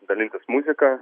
dalintis muzika